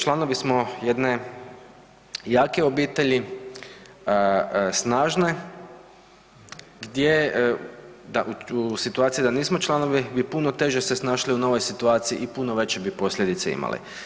Članovi smo jedne jake obitelji, snažne gdje u situaciji da nismo članovi bi puno teže se snašli u novoj situaciji i puno veće bi posljedice imali.